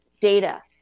data